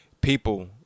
people